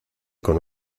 con